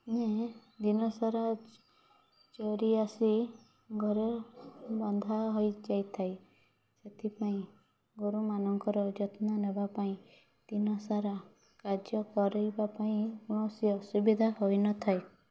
ମାନେ ଦିନସାରା ଚରି ଆସି ଘରେ ବନ୍ଧା ହୋଇଯାଇଥାଏ ସେଥିପାଇଁ ଗୋରୁମାନଙ୍କର ଯତ୍ନ ନେବାପାଇଁ ଦିନସାରା କାର୍ଯ୍ୟ କରିବାପାଇଁ କୌଣସି ଅସୁବିଧା ହୋଇନଥାଏ